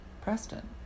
Preston